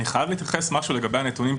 אני חייב להתייחס ולומר משהו לגבי הנתונים.